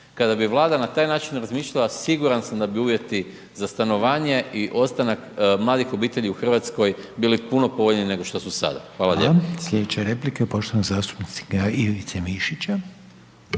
Kada bi Vlada na taj način razmišljala siguran sam da bi uvjeti za stanovanje i ostanak mladih obitelji u Hrvatskoj bili puno povoljniji nego što su sada. Hvala lijepa.